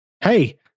Hey